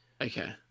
Okay